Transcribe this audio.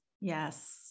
Yes